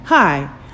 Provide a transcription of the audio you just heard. Hi